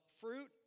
fruit